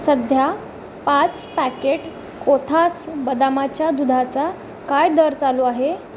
सध्या पाच पॅकेट कोथास बदामाच्या दुधाचा काय दर चालू आहे